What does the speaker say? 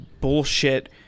bullshit